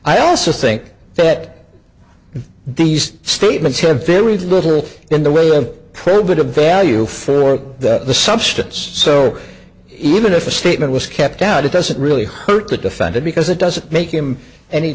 i also think that these statements have very little in the way of probative value for the substance so even if a statement was kept out it doesn't really hurt the defendant because it doesn't make him any